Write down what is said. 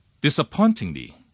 Disappointingly